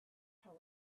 how